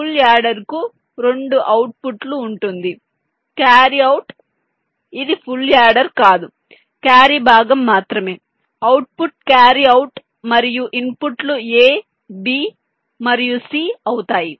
full adder కు 2 అవుట్పుట్లు ఉంటుంది క్యారీ అవుట్ ఇది ఫుల్ యాడర్ కాదు క్యారీ భాగం మాత్రమే అవుట్పుట్ క్యారీ అవుట్ మరియు ఇన్పుట్లు a b మరియు c అవుతాయి